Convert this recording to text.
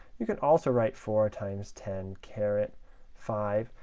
you can also write four times ten carat five.